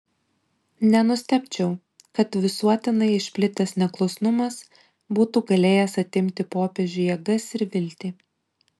nenustebčiau kad visuotinai išplitęs neklusnumas būtų galėjęs atimti popiežiui jėgas ir viltį